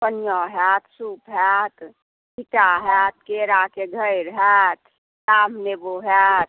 कोनिया होयत सुप होयत छीटा होयत केराके घौद रहत डाभ नेबो होयत